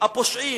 הפושעים,